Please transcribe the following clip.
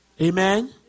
Amen